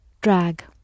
drag